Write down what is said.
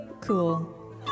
cool